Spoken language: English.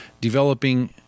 developing